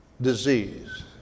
disease